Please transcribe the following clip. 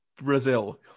brazil